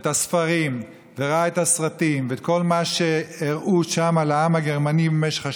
את הספרים וראה את הסרטים ואת כל מה שהראו שם על העם הגרמני במשך השנים,